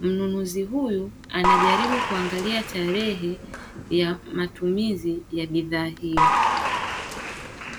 mnunuzi huyu anajaribu kuangalia tarehe ya matumizi ya bidhaa hiyo.